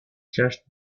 just